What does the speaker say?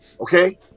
okay